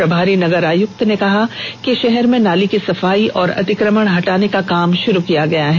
प्रभारी नगर आयुक्त ने कहा कि शहर में नाली की सफाई और अतिक्रमण हटाने का काम शुरू किया गया है